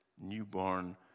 newborn